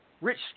rich